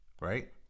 right